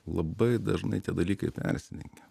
labai dažnai tie dalykai persidengia